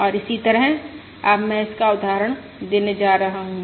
और इसी तरह अब मैं इसका उदाहरण देने जा रहा हूं